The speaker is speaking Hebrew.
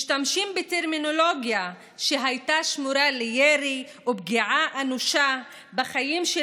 משתמשים בטרמינולוגיה שהייתה שמורה לירי או פגיעה אנושה בחיים של